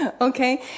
Okay